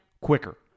quicker